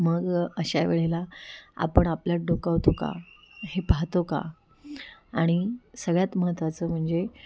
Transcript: मग अशा वेळेला आपण आपल्यात डोकावतो का हे पाहतो का आणि सगळ्यात महत्वाचं म्हणजे